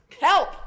help